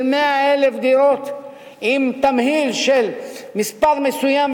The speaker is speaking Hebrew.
100,000 דירות עם תמהיל של מספר מסוים,